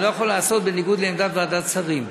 אני לא יכול לעשות בניגוד לעמת ועדת שרים.